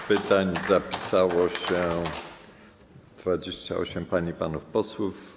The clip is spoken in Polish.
Do pytań zapisało się 28 pań i panów posłów.